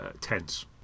tense